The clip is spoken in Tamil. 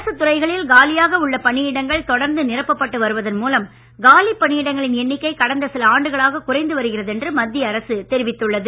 அரசுத் துறைகளில் காலியாக உள்ள பணியிடங்கள் தொடர்ந்து நிரப்பப்பட்டு வருவதன் மூலம் காலி பணியிடங்களின் எண்ணிக்கை கடந்த சில ஆண்டுகளாக குறைந்து வருகிறது என்று மத்திய அரசு தெரிவித்துள்ளது